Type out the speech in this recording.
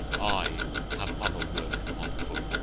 i have other work on foot.